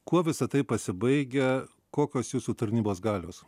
kuo visa tai pasibaigia kokios jūsų tarnybos galios